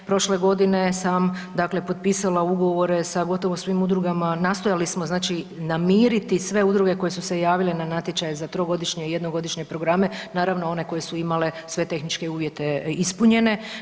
Prošle godine sam, dakle potpisala ugovore sa gotovo svim ugovorima, nastojali smo znači namiriti sve udruge koje su se javile na natječaj za 3-godišnje i 1-godišnje programe, naravno one koje su imale sve tehničke uvjete ispunjene.